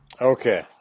okay